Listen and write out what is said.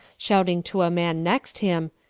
shout ing to a man next him,